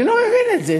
אני לא מבין את זה.